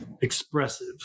expressive